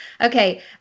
Okay